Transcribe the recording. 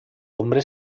hombre